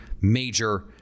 major